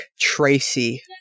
Tracy